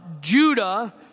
Judah